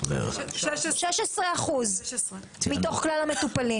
16% מתוך כלל המטופלים.